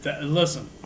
Listen